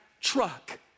truck